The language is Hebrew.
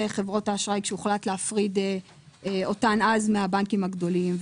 חברות האשראי עת הוחלט להפריד אותן אז מהבנקים הגדולים.